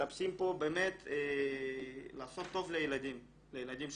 מחפשים פה באמת לעשות טוב לילדים שלנו.